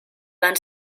van